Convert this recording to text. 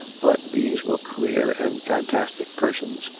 but these were queer and fantastic persons,